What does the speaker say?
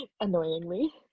annoyingly